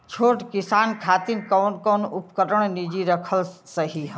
छोट किसानन खातिन कवन कवन उपकरण निजी रखल सही ह?